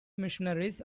missionaries